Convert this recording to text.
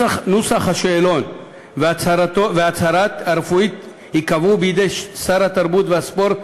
נוסח השאלון וההצהרה הרפואית ייקבע בידי שר התרבות והספורט,